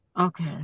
Okay